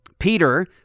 Peter